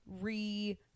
re